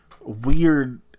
weird